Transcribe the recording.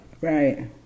right